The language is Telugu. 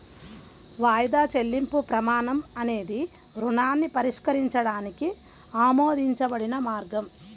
వాయిదా చెల్లింపు ప్రమాణం అనేది రుణాన్ని పరిష్కరించడానికి ఆమోదించబడిన మార్గం